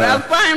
בבקשה.